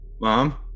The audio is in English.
Mom